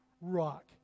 rock